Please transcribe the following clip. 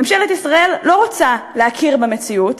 ממשלת ישראל לא רוצה להכיר במציאות,